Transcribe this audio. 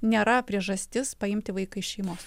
nėra priežastis paimti vaiką iš šeimos